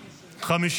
נתקבלה.